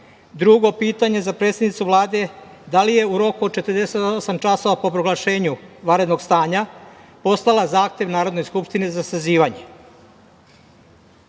pitanje za predsednicu Vlade – da li je u roku od 48 časova po proglašenju vanrednog stanja poslala zahtev Narodnoj skupštini za sazivanje? Takođe,